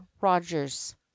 Rogers